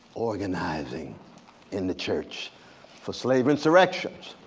organizing in the church for slave insurrections.